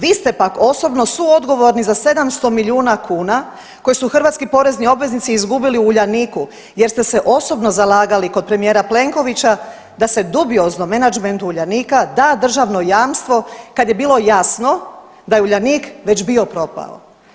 Vi ste pak osobno suodgovorni za 700 milijuna kuna koje su hrvatski porezni obveznici izgubili u Uljaniku jer ste se osobno zalagali kod premijera Plenkovića da se dubiozno menadžmentu Uljanika da državno jamstvo kad je bilo jasno da je Uljanik već bio propao.